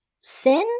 sin